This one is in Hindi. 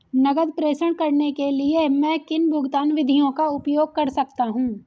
नकद प्रेषण करने के लिए मैं किन भुगतान विधियों का उपयोग कर सकता हूँ?